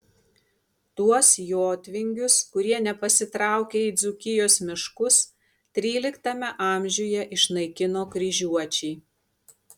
tuos jotvingius kurie nepasitraukė į dzūkijos miškus tryliktame amžiuje išnaikino kryžiuočiai